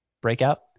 breakout